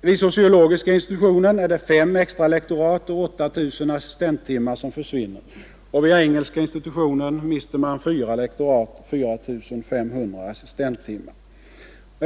Vid sociologiska institutionen är det fem extra lektorat och 8 000 assistenttimmar som försvinner, och engelska institutionen mister fyra lektorat och 4 500 assistenttimmar.